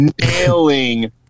nailing